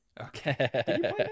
Okay